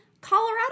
Colorado